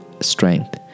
strength